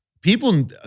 people